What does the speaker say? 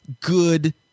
good